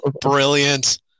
Brilliant